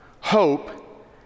hope